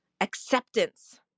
acceptance